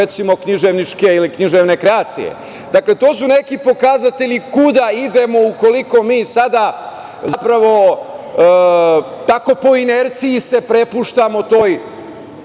recimo književničke, ili književne kreacije. Dakle, to su neki pokazatelji kuda idemo ukoliko mi sada zapravo, tako po inerciji se prepuštamo toj